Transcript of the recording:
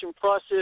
process